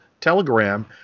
Telegram